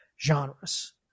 genres